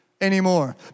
anymore